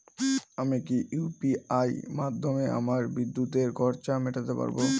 আমি কি ইউ.পি.আই মাধ্যমে আমার বিদ্যুতের খরচা মেটাতে পারব?